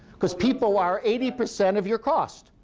because people are eighty percent of your cost.